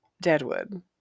Deadwood